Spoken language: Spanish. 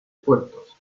puertos